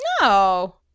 No